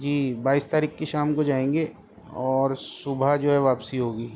جی بائیس تاریخ کی شام کو جائیں گے اور صبح جو ہے واپسی ہوگی